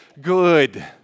good